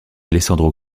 alessandro